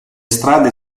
strade